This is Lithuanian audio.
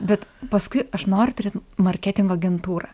bet paskui aš noriu turėt marketingo agentūrą